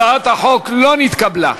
הצעת החוק לא נתקבלה.